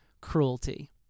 cruelty